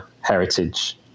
heritage